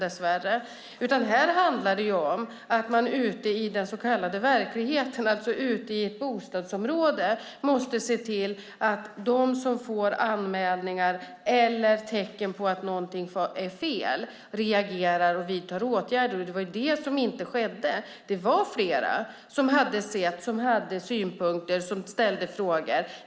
Här handlar det om att man ute i den så kallade verkligheten, alltså ute i ett bostadsområde, måste se till att de som får anmälningar eller signaler om att någonting är fel reagerar och vidtar åtgärder. Det var ju det som inte skedde. Det var flera som hade sett, som hade synpunkter och som ställde frågor.